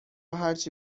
هرچی